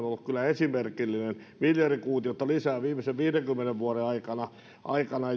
ollut esimerkillinen miljardi kuutiota lisää viimeisen viidenkymmenen vuoden aikana aikana